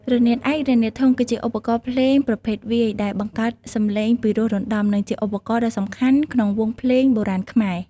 រនាតឯក រនាតធុង ជាឧបករណ៍ភ្លេងប្រភេទវាយ ដែលបង្កើតសំឡេងពិរោះរណ្ដំ និងជាឧបករណ៍ដ៏សំខាន់ក្នុងវង់ភ្លេងបុរាណខ្មែរ។